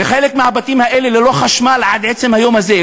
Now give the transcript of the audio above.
וחלק מהבתים האלה ללא חשמל עד עצם היום הזה,